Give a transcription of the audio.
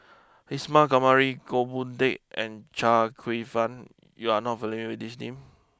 Isa Kamari Goh Boon Teck and Chia Kwek Fah you are not familiar with these names